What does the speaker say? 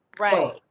Right